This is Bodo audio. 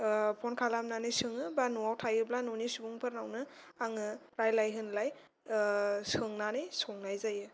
फन खालामनानै सोङो बा न'वाव थायोब्ला न'नि सुबुंफोरनावनो आङो रायलाय होनलाय आह सोंनानै संनाय जायो